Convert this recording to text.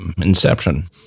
inception